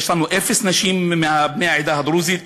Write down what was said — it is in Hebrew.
יש לנו אפס נשים מהעדה הדרוזית.